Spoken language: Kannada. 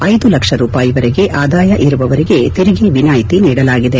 ಐದು ಲಕ್ಷ ರೂಪಾಯಿವರೆಗೆ ಆದಾಯ ಇರುವವರಿಗೆ ತೆರಿಗೆ ವಿನಾಯಿತಿ ನೀಡಲಾಗಿದೆ